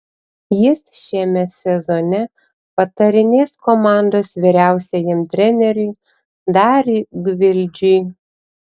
jis šiame sezone patarinės komandos vyriausiajam treneriui dariui gvildžiui